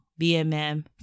BMM